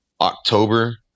October